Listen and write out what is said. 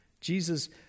Jesus